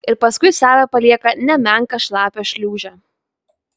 ir paskui save palieka nemenką šlapią šliūžę